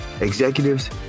executives